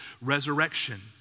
resurrection